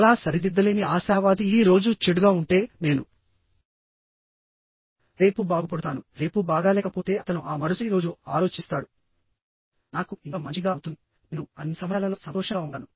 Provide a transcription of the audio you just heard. చాలా సరిదిద్దలేని ఆశావాది ఈ రోజు చెడుగా ఉంటే నేను రేపు బాగుపడుతాను రేపు బాగాలేకపోతే అతను ఆ మరుసటి రోజు ఆలోచిస్తాడు నాకు ఇంకా మంచిగా అవుతుంది నేను అన్ని సమయాలలో సంతోషంగా ఉంటాను